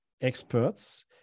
experts